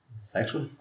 Sexual